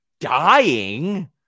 dying